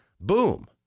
Boom